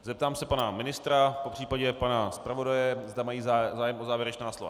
Zeptám se pana ministra, popřípadě pana zpravodaje, zda mají zájem o závěrečná slova.